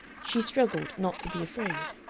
she struggled not to be afraid.